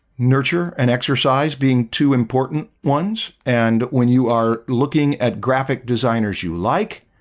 nurture and exercise being two important ones and when you are looking at graphic designers you like